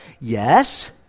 Yes